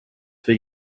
für